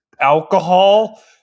alcohol